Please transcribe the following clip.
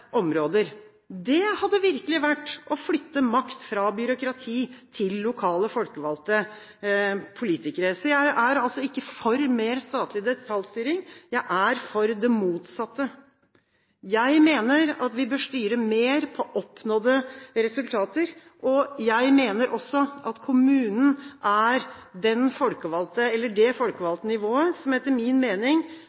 områder. Dét hadde virkelig vært å flytte makt fra byråkratiet til lokale, folkevalgte politikere. Så jeg er altså ikke for mer statlig detaljstyring, jeg er for det motsatte. Jeg mener at vi bør styre mer etter oppnådde resultater. Jeg mener også at kommunen er det folkevalgte